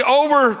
over